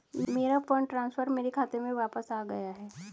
मेरा fund transfer मेरे खाते में वापस आ गया है